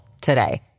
today